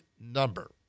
number